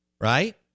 right